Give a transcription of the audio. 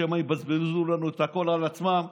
שמא יבזבזו לנו את הכול על עצמם.